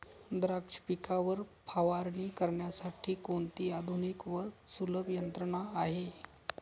द्राक्ष पिकावर फवारणी करण्यासाठी कोणती आधुनिक व सुलभ यंत्रणा आहे?